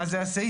מה זה הסעיף?